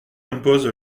impose